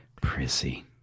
Prissy